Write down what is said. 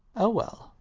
oh well,